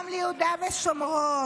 גם ליהודה ושומרון,